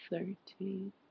Thirteen